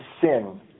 sin